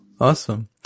Awesome